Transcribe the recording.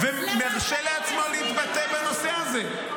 -- ומרשה לעצמו להתבטא בנושא הזה.